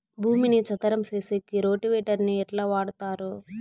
భూమిని చదరం సేసేకి రోటివేటర్ ని ఎట్లా వాడుతారు?